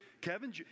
Kevin